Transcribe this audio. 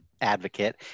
advocate